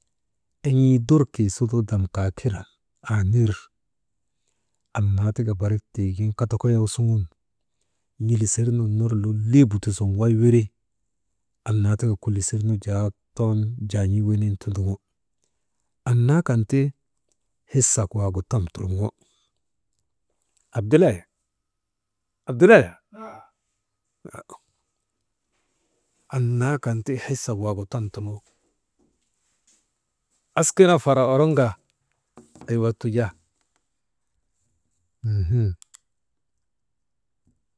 En̰ii durkii suti dam kaa kiran nir annaa tika barik tiigin katakayaw suŋun n̰ilisir nun ner lolii butu sun way wiri, annaa taka kulisir nu jaa ton jaan̰ii wenin tunduŋo. Anna kan ti hisak waagu tam turŋo.